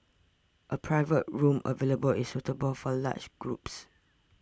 a private room available is suitable for large groups